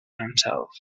himself